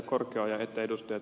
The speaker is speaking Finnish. korkeaoja että ed